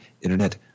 internet